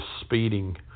speeding